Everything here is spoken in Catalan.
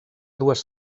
dues